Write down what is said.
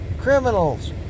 criminals